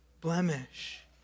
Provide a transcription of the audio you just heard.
blemish